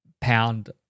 pound